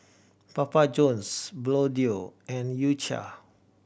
Papa Johns Bluedio and U Cha